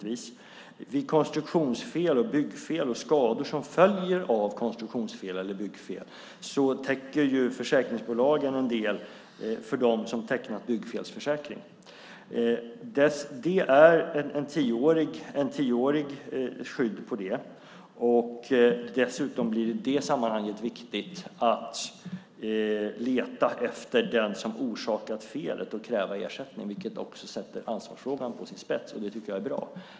Vid konstruktionsfel och byggfel samt vid skador som följer av konstruktionsfel eller byggfel täcker försäkringsbolagen en del för dem som tecknat byggfelsförsäkring. Det är ett tioårigt skydd. I det sammanhanget blir det dessutom viktigt att söka den som orsakat felet och kräva ersättning, vilket också sätter ansvarsfrågan på sin spets. Det tycker jag är bra.